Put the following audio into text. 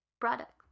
product